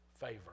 Favor